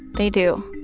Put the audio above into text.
they do.